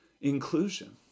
inclusion